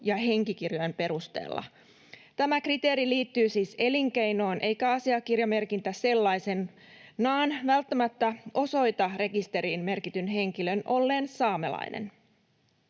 ja henkikirjojen perusteella. Tämä kriteeri liittyy siis elinkeinoon, eikä asiakirjamerkintä sellaisenaan välttämättä osoita rekisteriin merkityn henkilön olleen saamelainen.